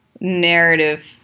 narrative